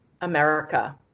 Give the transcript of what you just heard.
America